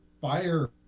fire